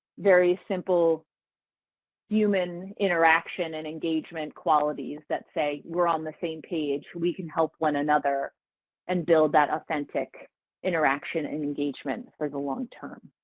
very simple human interaction and engagement qualities that say we're on the same page. we can help one another and build that authentic interaction and engagement for the long term.